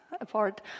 apart